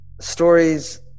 Stories